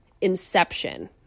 Inception